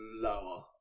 lower